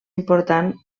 important